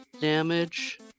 damage